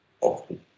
Often